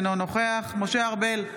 אינו נוכח משה ארבל,